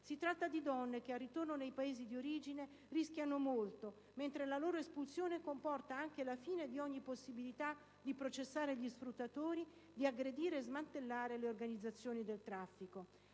Si tratta di donne che, al ritorno nei Paesi di origine, rischiano molto, mentre la loro espulsione comporta anche la fine di ogni possibilità di processare gli sfruttatori, di aggredire e smantellare le organizzazioni del traffico.